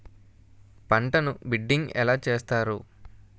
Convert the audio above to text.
పంటను బిడ్డింగ్ ఎలా చేస్తారు?